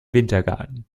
wintergarten